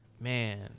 Man